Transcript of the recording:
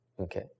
Okay